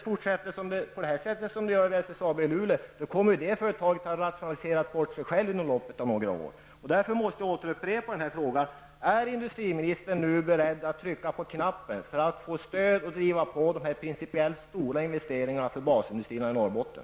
Fortsätter man på samma sätt som nu sker vid SSAB i Luleå, kommer det företaget att rationalisera bort sig självt inom loppet av några år. Därför måste jag upprepa frågan: Är industriministern nu beredd att trycka på knappen för att ge stöd och driva på de finansiellt stora investeringarna i basindustrierna i Norrbotten?